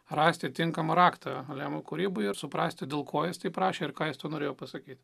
rasti tinkamą raktą lemo kūrybai ir suprasti dėl ko jis taip rašė ir ką jis tuo norėjo pasakyt